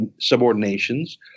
subordinations